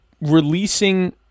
releasing